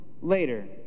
later